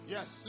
Yes